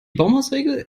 baumhausregel